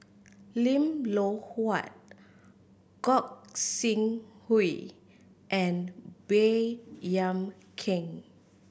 Lim Loh Huat Gog Sing Hooi and Baey Yam Keng